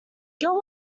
gill